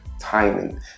timing